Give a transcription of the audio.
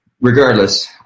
Regardless